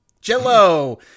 Jell-O